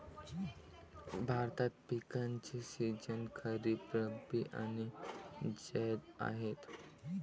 भारतात पिकांचे सीझन खरीप, रब्बी आणि जैद आहेत